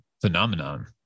phenomenon